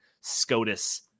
SCOTUS